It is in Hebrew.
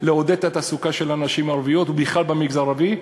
התעסוקה של הנשים הערביות ובכלל במגזר הערבי,